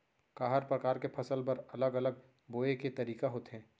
का हर प्रकार के फसल बर अलग अलग बोये के तरीका होथे?